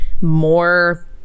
more